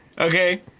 Okay